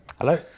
Hello